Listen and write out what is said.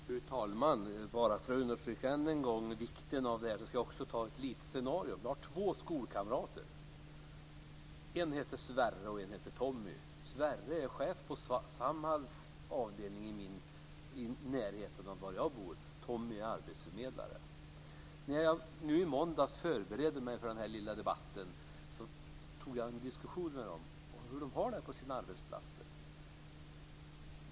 Fru talman! Bara för att än en gång understryka vikten av detta ska jag också ta ett litet scenario. Jag har två skolkamrater, Sverre och Tommy. Sverre är chef på Samhalls avdelning i närheten av där jag bor, och Tommy är arbetsförmedlare. När jag nu i måndags förberedde mig för den här lilla debatten tog jag en diskussion med dem om hur de har det på sina arbetsplatser.